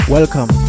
Welcome